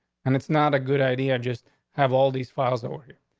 and it's not a good idea. just have all these files over here.